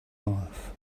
life